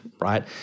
right